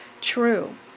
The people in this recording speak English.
true